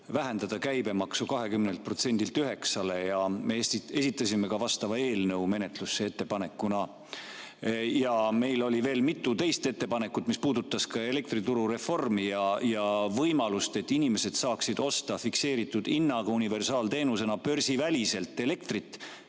vähendada käibemaksu 20%-lt 9%-le ja me esitasime ka vastava eelnõu menetlusse selle ettepanekuna. Meil oli veel mitu ettepanekut, mis puudutasid ka elektriturureformi ja võimalust, et inimesed saaksid osta fikseeritud hinnaga universaalteenusena börsiväliselt elektrit,